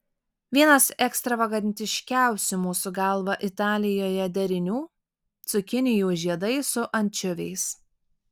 vienas ekstravagantiškiausių mūsų galva italijoje derinių cukinijų žiedai su ančiuviais